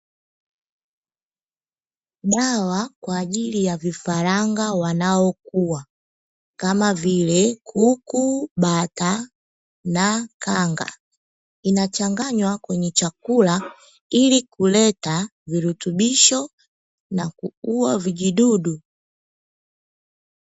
Dawa kwa ajili ya vifaranga wanaokuwa kama vile; kuku, bata, kanga, inachanganywa kwenye chakula ili kuleta virutubisho na kuua vijidudu.